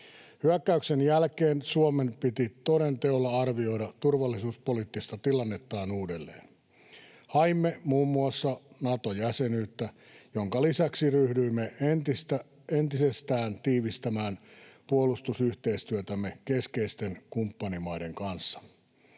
Hyökkäyksen jälkeen Suomen piti toden teolla arvioida turvallisuuspoliittista tilannettaan uudelleen. Haimme muun muassa Nato-jäsenyyttä, minkä lisäksi ryhdyimme entisestään tiivistämään puolustusyhteistyötämme keskeisten kumppanimaiden kanssa.